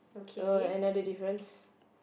so another difference